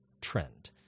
trend